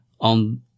on